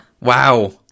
Wow